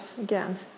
again